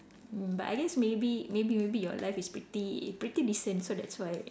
but I guess maybe maybe maybe your life is pretty pretty decent so that's why